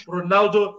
Ronaldo